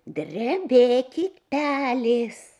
drebėkit pelės